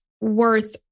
worth